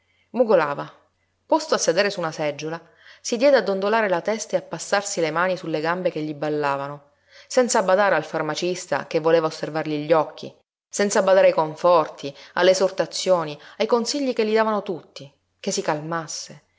mugolava posto a sedere su una seggiola si diede a dondolare la testa e a passarsi le mani sulle gambe che gli ballavano senza badare al farmacista che voleva osservargli gli occhi senza badare ai conforti alle esortazioni ai consigli che gli davano tutti che si calmasse